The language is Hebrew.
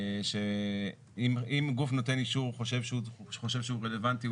שאם גוף נותן אישור חושב שהוא רלוונטי,